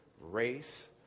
race